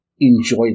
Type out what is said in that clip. Enjoy